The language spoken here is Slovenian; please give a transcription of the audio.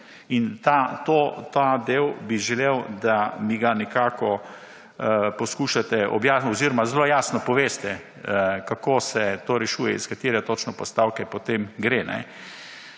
Ta del bi želel, da bi ga nekako poskušate oziroma zelo jasno poveste kako se to rešuje, iz katere točno postavke, potem gre.